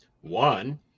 one